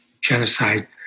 genocide